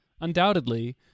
undoubtedly